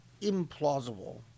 implausible